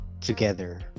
together